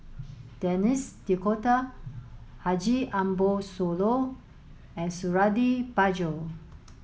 Denis D'Cotta Haji Ambo Sooloh and Suradi Parjo